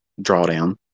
drawdown